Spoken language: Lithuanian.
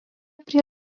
prie